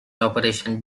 operation